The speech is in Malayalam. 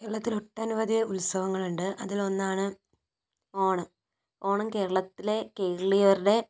കേരളത്തിൽ ഒട്ടനവധി ഉത്സവങ്ങളുണ്ട് അതിൽ ഒന്നാണ് ഓണം ഓണം കേരളത്തിലെ കേരളീയരുടെ